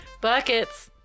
Buckets